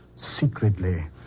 secretly